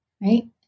right